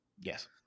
Yes